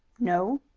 no.